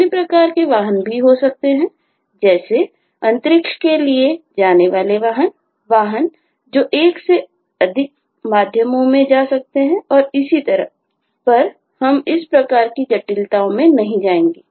अन्य प्रकार के वाहन भी हो सकते हैं जैसे कि अंतरिक्ष के लिए जाने वाले वाहन वाहन जो एक से अधिक माध्यमों से जा सकते हैं और इसी तरह पर हम इस प्रकार की जटिलताओं में नहीं जाएंगे